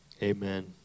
Amen